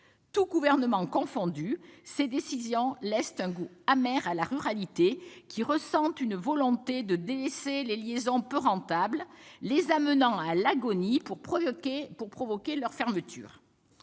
Tous gouvernements confondus, ces décisions laissent un goût amer à la ruralité, qui ressent une volonté de délaisser les liaisons peu rentables, les amenant à l'agonie pour provoquer leur fermeture.